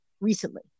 recently